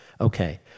Okay